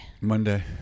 Monday